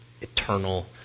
eternal